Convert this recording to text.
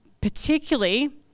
particularly